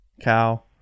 cow